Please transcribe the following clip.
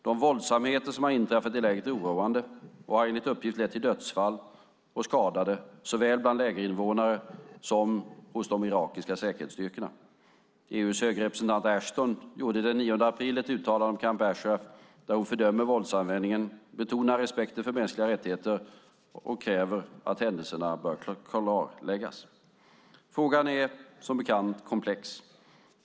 De våldsamheter som har inträffat i lägret är oroande och har enligt uppgift lett till dödsfall och skadade såväl bland lägerinvånare som hos de irakiska säkerhetsstyrkorna. EU:s höge representant Ashton gjorde den 9 april ett uttalande om Camp Ashraf där hon fördömer våldsanvändning, betonar respekten för mänskliga rättigheter och att händelserna bör klarläggas. Frågan är komplex.